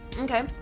Okay